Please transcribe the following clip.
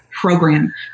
program